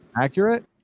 Accurate